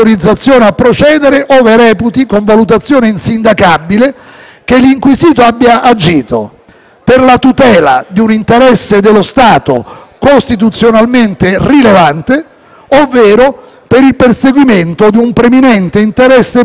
per la tutela di un interesse dello Stato costituzionalmente rilevante ovvero per il perseguimento di un preminente interesse pubblico nell'esercizio della funzione di Governo». Faccio questa premessa per chiarire anche all'opinione pubblica